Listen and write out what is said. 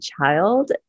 child